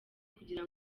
kugira